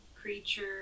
creature